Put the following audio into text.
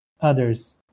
others